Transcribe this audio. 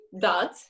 dot